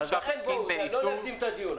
לא נקדים את הדיון.